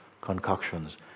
concoctions